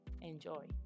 Enjoy